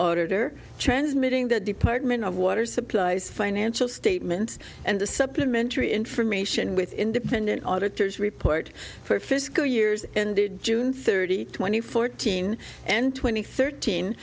auditor transmuting the department of water supplies financial statements and the supplementary information with independent auditors report for fiscal years ended june thirty twenty fourteen and twenty thirteen